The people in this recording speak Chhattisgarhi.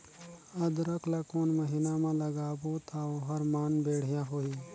अदरक ला कोन महीना मा लगाबो ता ओहार मान बेडिया होही?